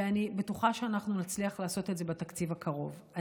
ואני בטוחה שאנחנו נצליח לעשות את זה בתקציב הקרוב.